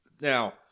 Now